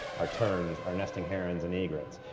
our turns, our nesting herons and egrets.